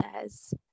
says